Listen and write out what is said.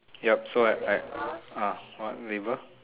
yup so I I ah what neighbour